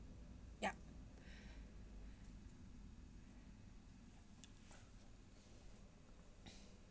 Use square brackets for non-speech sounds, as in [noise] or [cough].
yup [breath]